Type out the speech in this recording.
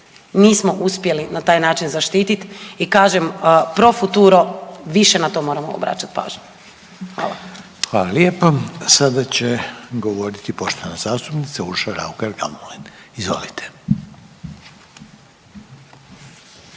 nismo uspjeli na taj način zaštititi i kažem pro futuro više na to moramo obraćati pažnju. Hvala. **Reiner, Željko (HDZ)** Hvala lijepo. Sada će govoriti poštovana zastupnica Urša Raukar Gamulin. Izvolite.